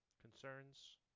Concerns